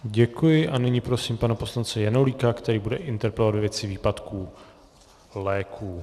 Děkuji a nyní prosím pana poslance Janulíka, který bude interpelovat ve věci výpadků léků.